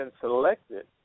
selected